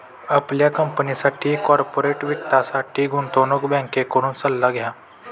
आपल्या कंपनीसाठी कॉर्पोरेट वित्तासाठी गुंतवणूक बँकेकडून सल्ला घ्या